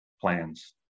plans